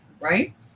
right